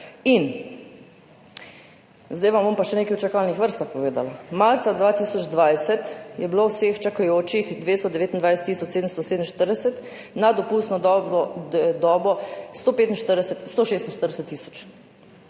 Zdaj vam bom pa še nekaj o čakalnih vrstah povedala. Marca 2020 je bilo vseh čakajočih 229 tisoč 747, nad dopustno dobo 146